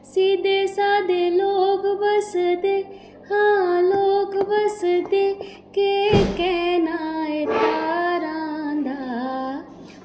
सीधे सादे लोग बस्सदे हो लोग बस्सदे केह् कहना ऐ भारां दा